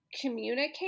communicate